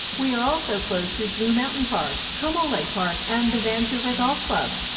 we are also close to blue mountain park, como lake park, and the vancouver golf club!